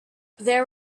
there